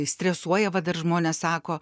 stresuoja va dar žmonės sako